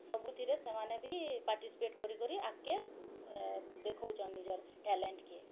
ସବୁଥିରେ ସେମାନେ ବି ପାର୍ଟିସିପେଟ୍ କରିକରି ଆଗ୍କେ ଦେଖଉଚନ୍ ନିଜର୍ ଟ୍ୟାଲେଣ୍ଟ୍କେ